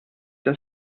das